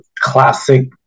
classic